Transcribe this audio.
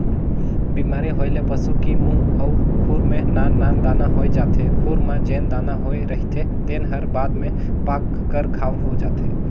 बेमारी होए ले पसू की मूंह अउ खूर में नान नान दाना होय जाथे, खूर म जेन दाना होए रहिथे तेन हर बाद में पाक कर घांव हो जाथे